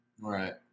Right